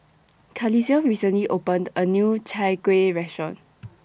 Carlisle recently opened A New Chai Kuih Restaurant